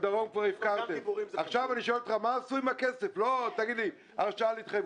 כשהייתה פעילות